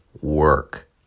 work